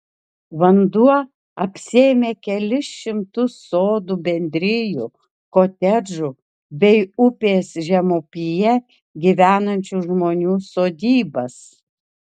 vanduo apsėmė kelis šimtus sodų bendrijų kotedžų bei upės žemupyje gyvenančių žmonių sodybas